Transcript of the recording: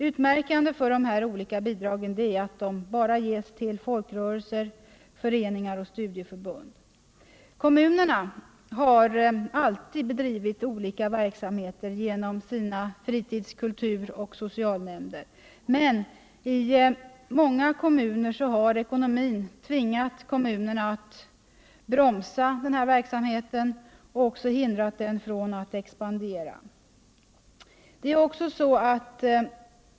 Utmärkande för de olika bidragen är att de bara ges tll folkrörelser, föreningar och studieförbund. Kommunerna har alltid bedrivit olika verksamheter genom sina fritids-, kultur och socialnämnder. Men ckonomin har tvingat många kommuner att bromsa verksamheten och även hindrat dem från att låta den expandera.